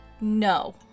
No